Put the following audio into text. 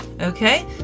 okay